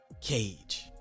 cage